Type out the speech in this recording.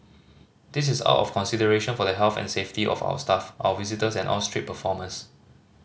this is out of consideration for the health and safety of our staff our visitors and all street performers